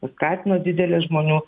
paskatino didelę žmonių